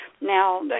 now